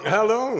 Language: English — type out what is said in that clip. Hello